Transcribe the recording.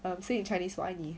um say in chinese 我爱你